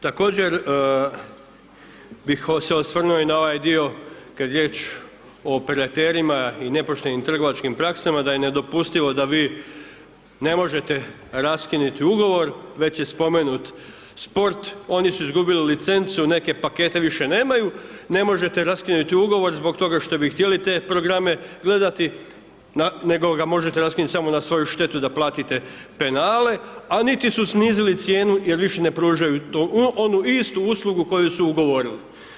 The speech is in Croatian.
Također bi se osvrnuo i na ovaj dio kad je riječ o operaterima i nepoštenim trgovačkim praksama, da je nedopustivo da vi ne možete raskinuti Ugovor, već je spomenut sport, oni su izgubili licencu, neke pakete više nemaju, ne možete raskinuti Ugovor zbog toga što bi htjeli te programe gledati, nego ga možete raskinuti samo na svoju štetu da platite penale, a niti su snizili cijenu jer više ne pružaju onu istu uslugu koju su ugovorili.